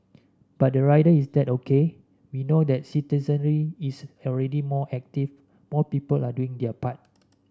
but the rider is that O K we know that citizenry is already more active more people are doing their part